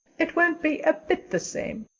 it won't be a bit the same.